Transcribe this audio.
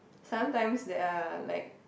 sometimes there are like